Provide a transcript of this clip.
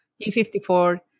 G54